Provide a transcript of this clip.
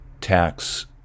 tax